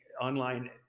online